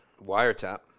Wiretap